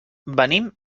venim